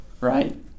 Right